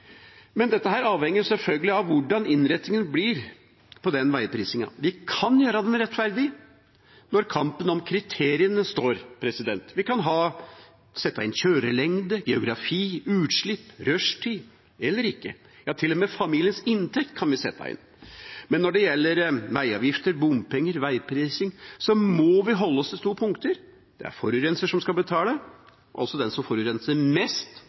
Men dette avhenger selvfølgelig av hvordan innretningen på den veiprisingen blir. Vi kan gjøre den rettferdig når kampen om kriteriene står. Vi kan sette inn kjørelengde, geografi, utslipp, rushtid eller ikke. Ja, til og med familiens inntekt kan vi sette inn. Men når det gjelder veiavgifter, bompenger og veiprising, må vi holde oss til to punkter: For det første er det forurenseren som skal betale, og den som forurenser mest